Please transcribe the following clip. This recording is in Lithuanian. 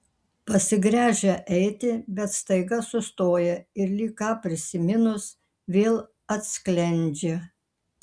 pasigręžia eiti bet staiga sustoja ir lyg ką prisiminus vėl atsklendžia